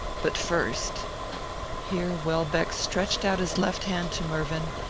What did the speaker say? but first here welbeck stretched out his left hand to mervyn,